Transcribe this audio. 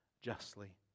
justly